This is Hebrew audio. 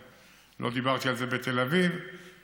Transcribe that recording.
ילדים, בעלי חיים, כל הדברים שאנחנו בעדם.